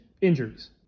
Injuries